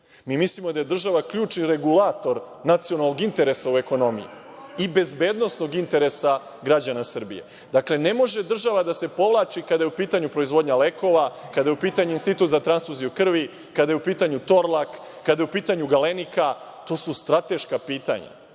Mi mislimo da je država ključni regulator nacionalnog interesa u ekonomiji i bezbednosnog interesa građana Srbije. Ne može država da se povlači kada je u pitanju proizvodnja lekova, kada je u pitanju Institut za transfuziju krvi, kada je u pitanju „Torlak“, kada je u pitanju „Galenika“. To su strateška pitanja.